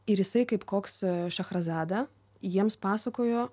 ir jisai kaip koks šahrazada jiems pasakojo